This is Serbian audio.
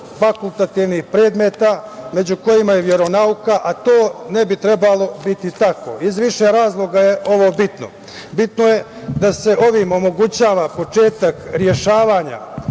fakultativnih predmeta među kojima je veronauka, a to ne bi trebalo biti tako. Iz više razloga je ovo bitno. Bitno je da se ovim omogućava početak rešavanja